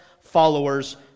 followers